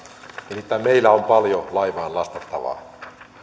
nimittäin meillä on paljon laivaan lastattavaa